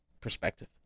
perspective